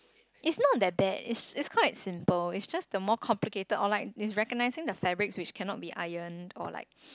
is not that bad is is quite simple is just the more complicated or like is recognising the fabrics which cannot be iron or like